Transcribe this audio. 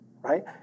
right